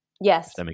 Yes